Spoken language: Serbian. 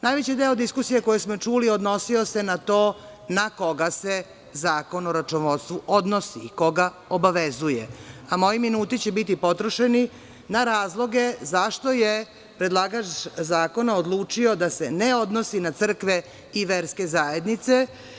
Najveći deo diskusije koju smo čuli odnosio se na to na koga se zakon o računovodstvu odnosi i koga obavezuje, a moji minuti će biti potrošeni na razloge zašto je predlagač zakona odlučio da se ne odnosi na crkve i verske zajednice.